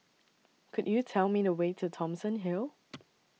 Could YOU Tell Me The Way to Thomson Hill